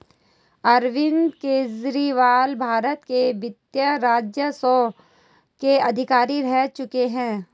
अरविंद केजरीवाल भारत के वित्त राजस्व के अधिकारी रह चुके हैं